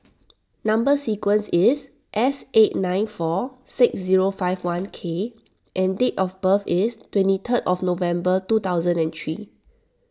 Number Sequence is S eight nine four six zero five one K and date of birth is twenty third of November two thousand and three